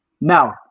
Now